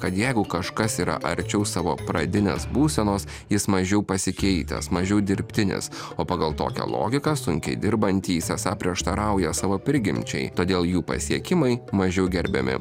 kad jeigu kažkas yra arčiau savo pradinės būsenos jis mažiau pasikeitęs mažiau dirbtinis o pagal tokią logiką sunkiai dirbantys esą prieštarauja savo prigimčiai todėl jų pasiekimai mažiau gerbiami